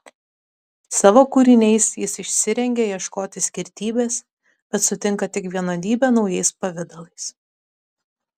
savo kūriniais jis išsirengia ieškoti skirtybės bet sutinka tik vienodybę naujais pavidalais